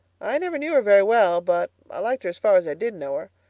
i never knew her very well but i liked her as far as i did know her.